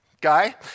guy